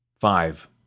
Five